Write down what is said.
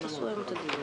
לך את נוסח התקנות